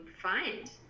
find